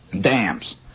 dams